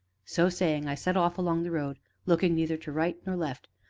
so saying, i set off along the road, looking neither to right nor left.